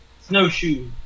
Snowshoe